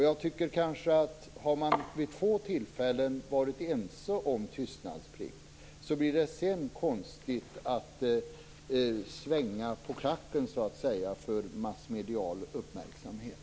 Jag tycker att om man vid två tillfällen har varit ense om tystnadsplikt blir det konstigt att sedan svänga på klacken för massmedial uppmärksamhet.